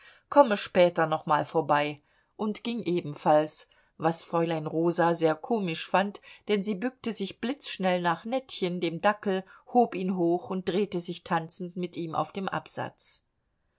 komme später nochmal vorbei und ging ebenfalls was fräulein rosa sehr komisch fand denn sie bückte sich blitzschnell nach nettchen dem dackel hob ihn hoch und drehte sich tanzend mit ihm auf dem absatz